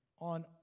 on